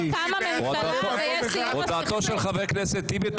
הודעתו של חבר הכנסת טיבי,